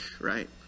right